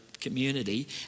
community